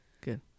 Good